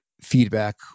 feedback